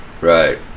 Right